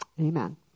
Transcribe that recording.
Amen